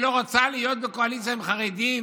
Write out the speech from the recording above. שלא רוצה להיות בקואליציה עם חרדים